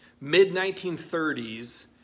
mid-1930s